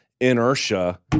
inertia